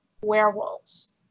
werewolves